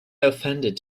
offended